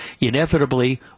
inevitably